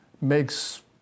makes